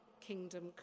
kingdom